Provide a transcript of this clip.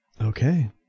Okay